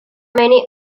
many